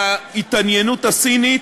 מההתעניינות הסינית,